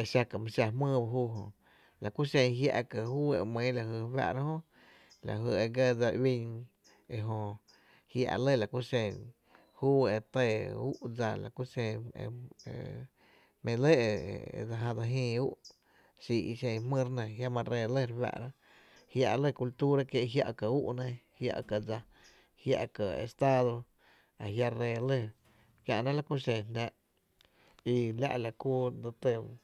e xa ká’ my xa jmýy la ku xen jiá’ ká’ júu e ‘myy ere fáá’ra jö lajy e ga dsali uín ejö jia’ lɇ la ku xen e tɇɇ ú’ dsa e jmí’ lɇ e dsa jáa dse jïï ú’ dsa xii’ i xen jmýy re nɇ, a jiama’ ree lɇ re fáá’ra jia’ lɇ cultura kiee’ jiáka ú’na jia’ ká’ dsa, jia’ estado ajia’ ree lɇ kiä náá’ la ku xen jnáá’ i la’ la kuu.